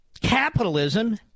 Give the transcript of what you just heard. Capitalism